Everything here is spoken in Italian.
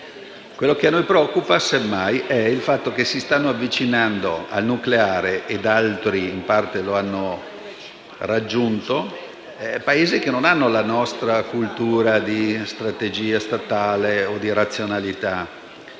Quello che a noi preoccupa, semmai, è il fatto che si stanno avvicinando al nucleare, mentre altri in parte lo hanno già raggiunto, Paesi che non hanno la nostra cultura di strategia statale o di razionalità